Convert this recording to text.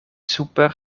super